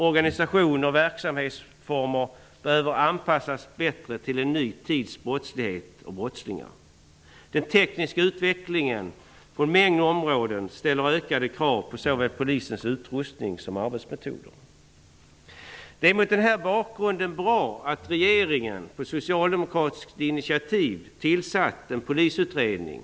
Organisationer och verksamhetsformer behöver anpassas bättre till en ny tids brottslighet och brottslingar. Den tekniska utvecklingen på en mängd områden ställer ökade krav på såväl polisens utrustning som arbetsmetoder. Mot den bakgrunden är det bra att regeringen på socialdemokratiskt initiativ har tillsatt en polisutredning.